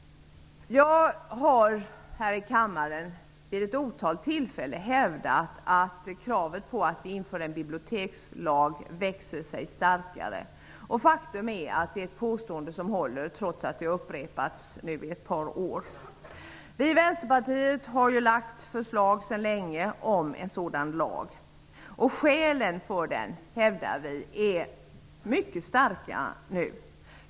Jag har vid ett otal tillfällen här i kammaren hävdat att kravet på att införa en bibliotekslag växer sig starkare. Det påståendet håller, trots att det har upprepats i ett par år. Vänsterpartiet har länge lagt fram förslag om en sådan lag. Vi hävdar att skälen för den är mycket starka nu.